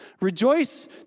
Rejoice